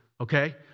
okay